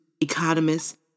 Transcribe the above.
economists